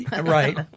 Right